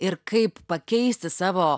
ir kaip pakeisti savo